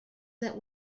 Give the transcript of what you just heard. that